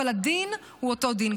אבל הדין הוא אותו דין,